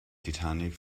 titanic